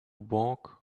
walk